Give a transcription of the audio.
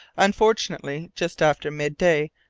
unfortunately, just after mid-day,